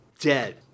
dead